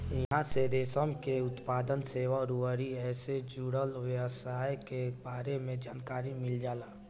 इहां से रेशम के उत्पादन, सेवा अउरी एसे जुड़ल व्यवसाय के बारे में जानकारी मिल जाला